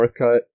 Northcutt